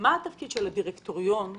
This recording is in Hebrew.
מה התפקיד של הדירקטור בעניין הזה?